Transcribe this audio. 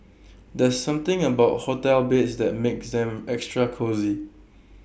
there's something about hotel beds that makes them extra cosy